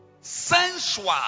sensual